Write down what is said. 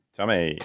Tommy